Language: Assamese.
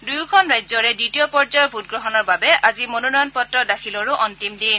দুয়োখন ৰাজ্যৰে দ্বিতীয় পৰ্যায়ৰ ভোটগ্ৰহণৰ বাবে আজি মনোনয়ন পত্ৰ দাখিলৰো অন্তিম দিন